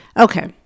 Okay